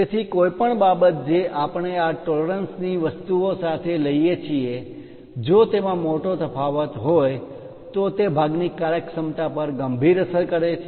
તેથી કોઈપણ બાબત જે આપણે આ ટોલરન્સ પરિમાણ માં માન્ય તફાવત ની વસ્તુઓ સાથે લઈએ છીએ જો તેમાં મોટો તફાવત હોય તો તે ભાગની કાર્યક્ષમતા પર ગંભીર અસર કરે છે